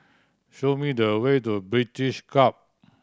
show me the way to British Club